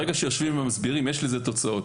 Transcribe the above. ברגע שיושבים ומסבירים יש לזה תוצאות,